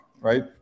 right